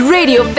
Radio